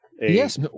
Yes